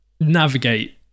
navigate